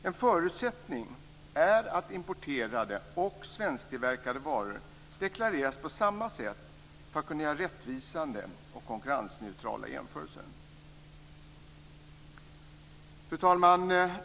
En förutsättning är att importerade och svensktillverkade varor deklareras på samma sätt för att man ska kunna göra rättvisande och konkurrensneutrala jämförelser. Fru talman!